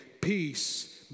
Peace